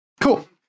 Cool